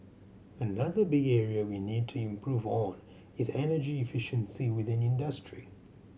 another big area we need to improve on is energy efficiency within industry